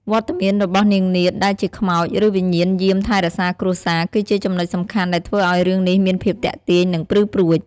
វត្តមានរបស់នាងនាថ ដែលជាខ្មោច ឬវិញ្ញាណយាមថែរក្សាគ្រួសារ គឺជាចំណុចសំខាន់ដែលធ្វើឲ្យរឿងនេះមានភាពទាក់ទាញ និងព្រឺព្រួច។